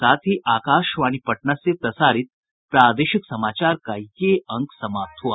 इसके साथ ही आकाशवाणी पटना से प्रसारित प्रादेशिक समाचार का ये अंक समाप्त हुआ